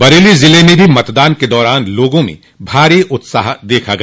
बरेली जिले में भी मतदान के दौरान लोगों में भारी उत्साह देखा गया